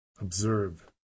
Observe